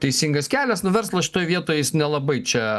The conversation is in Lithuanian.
teisingas kelias nu verslas šitoj vietoj jis nelabai čia